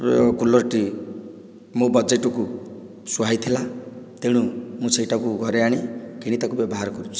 କୁଲର୍ଟି ମୋ ବଜେଟକୁ ସୁହାଇଥିଲା ତେଣୁ ମୁଁ ସେହିଟାକୁ ଘରେ ଆଣି କିଣି ତାକୁ ବ୍ୟବହାର କରୁଛି